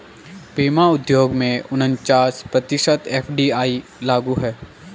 बीमा उद्योग में उनचास प्रतिशत एफ.डी.आई लागू है